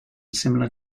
similar